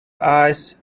eyes